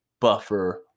buffer